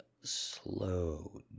slow